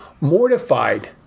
mortified